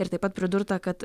ir taip pat pridurta kad